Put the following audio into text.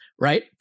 Right